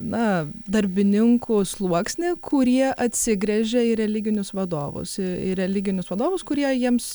na darbininkų sluoksnį kurie atsigręžia į religinius vadovus į religinius vadovus kurie jiems